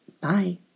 Bye